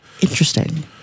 Interesting